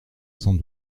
cent